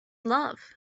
love